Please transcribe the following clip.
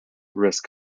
risk